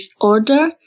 order